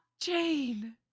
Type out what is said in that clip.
Jane